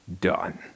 done